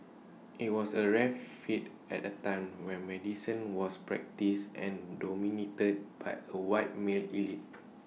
IT was A rare feat at A time when medicine was practised and dominated by A white male elite